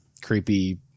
creepy